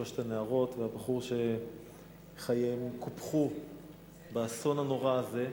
שלוש הנערות והבחור שחייהם קופחו באסון הנורא הזה.